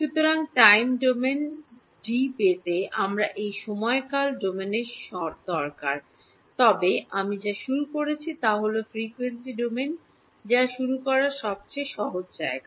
সুতরাং টাইম ডোমেনে ডি পেতে আমার এই সময়কাল ডোমেনের দরকার তবে আমি যা শুরু করেছি তা হল ফ্রিকোয়েন্সি ডোমেন যা শুরু করার সবচেয়ে সহজ জায়গা